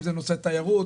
אם זה בנושא תיירות,